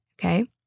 Okay